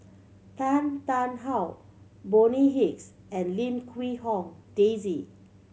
Tan Tarn How Bonny Hicks and Lim Quee Hong Daisy